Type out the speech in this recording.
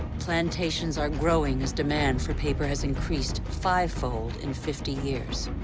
plantations are growing as demand for paper has increased fivefold in fifty years.